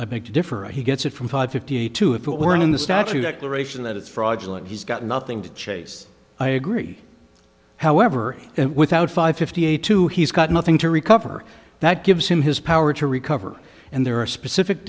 beg to differ and he gets it from five fifty two if it were in the statute declaration that it's fraudulent he's got nothing to chase i agree however without five fifty eight to he's got nothing to recover that gives him his power to recover and there are specific